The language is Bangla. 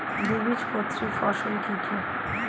দ্বিবীজপত্রী ফসল কি কি?